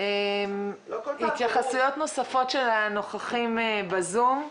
התייחסויות נוספות של הנוכחים בזום.